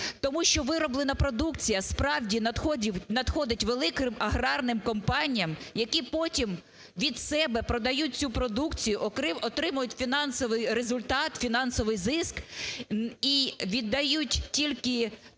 Тому що вироблена продукція, справді, надходить великим аграрним компаніям, які потім від себе продають цю продукцію, отримують фінансовий результат, фінансовий зиск і віддають тільки